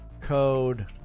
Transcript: Code